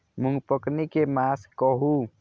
मूँग पकनी के मास कहू?